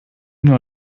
nur